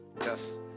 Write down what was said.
Yes